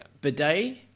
Bidet